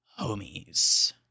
homies